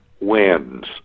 wins